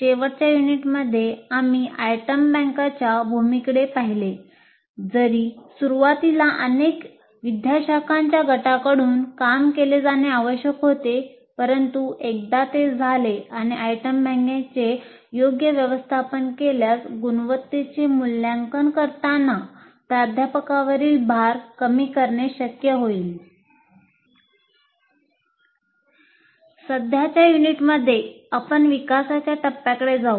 शेवटच्या युनिटमध्ये आम्ही आयटम बँकांच्या सध्याच्या युनिटमध्ये आपण विकासाच्या टप्प्याकडे जाऊ